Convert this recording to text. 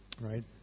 right